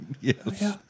Yes